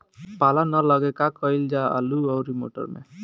पाला न लागे का कयिल जा आलू औरी मटर मैं?